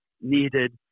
needed